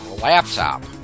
laptop